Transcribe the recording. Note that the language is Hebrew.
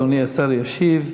אדוני השר ישיב.